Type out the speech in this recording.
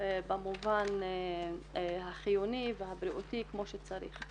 במובן החיוני והבריאותי כמו שצריך.